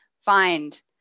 find